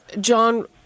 John